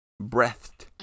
breathed